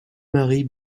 marie